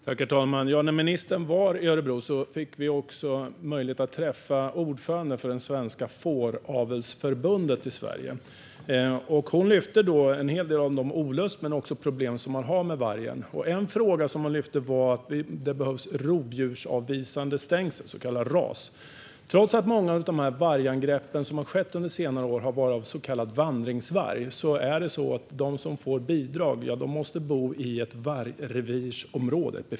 Herr talman! När ministern var i Örebro fick vi möjlighet att träffa ordföranden för Svenska Fåravelsförbundet. Hon lyfte fram den olust man känner och en hel del av de problem man har med vargen. En fråga som hon tog upp var att det behövs rovdjursavvisande stängsel, RAS. Trots att många av de vargangrepp som har skett under senare år har gjorts av så kallad vandringsvarg är det så att de som ska få bidrag måste bo i ett befintligt vargrevirsområde.